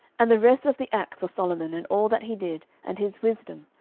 and the rest of the acts of solomon, and all that he did, and his wisdom,